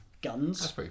guns